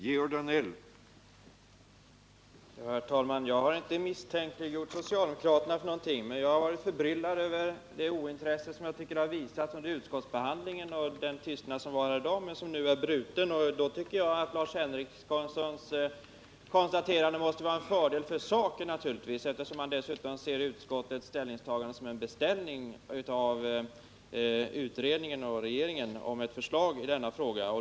Herr talman! Jag har inte misstänkliggjort socialdemokraterna för någonting, men jag har varit förbryllad över det ointresse som jag tycker att de har visat under utskottsbehandlingen liksom över den tystnad som rådde här i dag men som nu är bruten. Lars Henriksons konstaterande måste naturligtvis vara till fördel för saken, eftersom han dessutom ser utskottets ställningstagande som en beställning hos utredningen och regeringen av ett förslag i denna fråga.